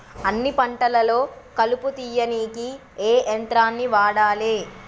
అన్ని పంటలలో కలుపు తీయనీకి ఏ యంత్రాన్ని వాడాలే?